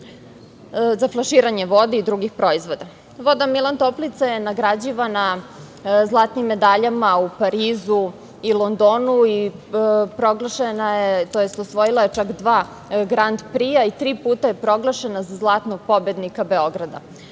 za flaširanje vode i drugih proizvoda. Voda „Milan Toplica“ je nagrađivana zlatnim medaljama u Parizu i Londonu i osvojila je čak dva „Grand Prija“ i tri puta je proglašena za „Zlatnog Pobednika“ Beograda.